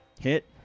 Hit